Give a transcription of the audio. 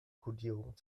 kodierung